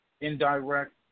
indirect